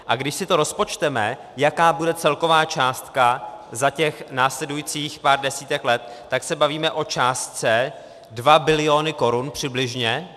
A když si to rozpočteme, jaká bude celková částka za těch následujících pár desítek let, tak se bavíme o částce 2 biliony korun, přibližně.